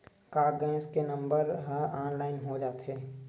का गैस के नंबर ह ऑनलाइन हो जाथे?